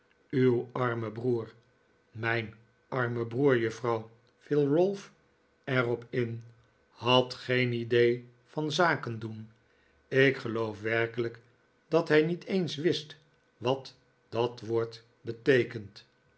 uw arme broer mijn arme broer juffrouw viel ralph er op in had geen idee van zaken doen ik geloof werkelijk dat hij niet eens wist wat dat woord beteekent